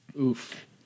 Oof